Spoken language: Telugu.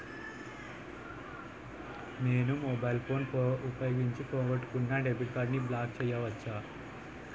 నేను మొబైల్ ఫోన్ ఉపయోగించి పోగొట్టుకున్న డెబిట్ కార్డ్ని బ్లాక్ చేయవచ్చా?